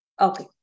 Okay